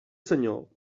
senyor